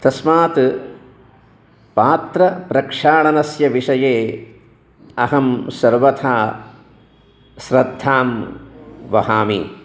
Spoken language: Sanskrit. तस्मात् पात्रप्रक्षालनस्य विषये अहं सर्वथा श्रद्धां वहामि